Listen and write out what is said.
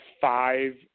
five